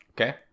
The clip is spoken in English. okay